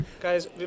Guys